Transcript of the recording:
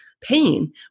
pain